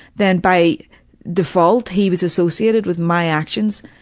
then by default he was associated with my actions.